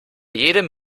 jedem